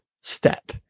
step